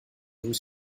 vous